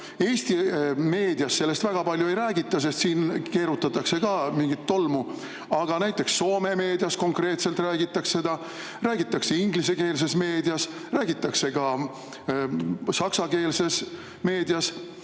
Eesti meedias sellest väga palju ei räägita, sest siin keerutatakse ka mingit tolmu. Aga näiteks Soome meedias konkreetselt räägitakse seda, räägitakse ingliskeelses meedias, räägitakse ka saksakeelses meedias.